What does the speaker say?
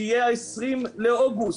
שיהיה ה-20 באוגוסט,